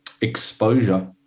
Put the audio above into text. exposure